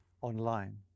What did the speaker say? online